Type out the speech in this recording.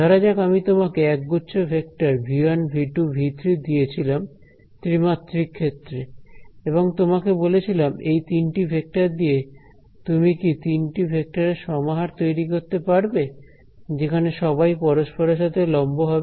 ধরা যাক আমি তোমাকে একগুচ্ছ ভেক্টর v1 v2 v3 দিয়েছিলাম ত্রিমাত্রিক ক্ষেত্রে এবং তোমাকে বলেছিলাম এই তিনটি ভেক্টর দিয়ে তুমি কি তিনটি ভেক্টরের সমাহার তৈরি করতে পারবে যেখানে সবাই পরস্পরের সাথে লম্ব হবে